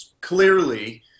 clearly